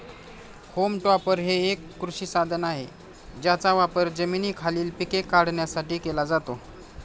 home topper हे एक कृषी साधन आहे ज्याचा वापर जमिनीखालील पिके काढण्यासाठी केला जातो